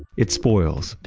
it spoils,